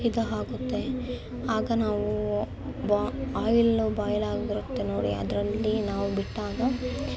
ಇದು ಆಗುತ್ತೆ ಆಗ ನಾವು ಬೊ ಆಯಿಲ್ ಬಾಯ್ಲ್ ಆಗಿರುತ್ತೆ ನೋಡಿ ಅದರಲ್ಲಿ ನಾವು ಬಿಟ್ಟಾಗ